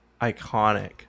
Iconic